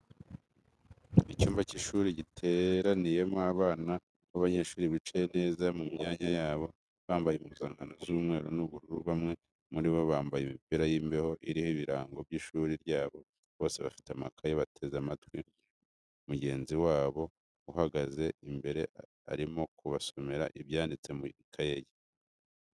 Icyumba cy'ishuri giteraniyemo abana b'abanyeshuri bicaye neza mu myanya yabo bambaye impuzankano z'umweru n'ubururu, bamwe muri bo bambaye imipira y'imbeho iriho ibirango by'ishuri ryabo, bose bafite amakaye bateze amatwi mugenzi wabo uhagaze imbere arimo kubasomera ibyanditse mu ikaye ye.